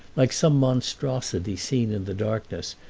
like some monstrosity seen in the darkness,